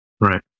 Right